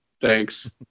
thanks